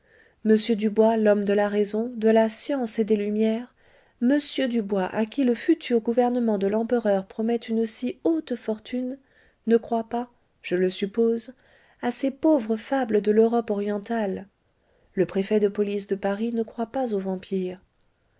m dubois l'homme de la raison de la science et des lumières m dubois à qui le futur gouvernement de l'empereur promet une si haute fortune ne croit pas je le suppose à ces pauvres fables de l'europe orientale le préfet de police de paris ne croit pas aux vampires